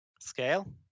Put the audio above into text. scale